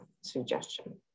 suggestion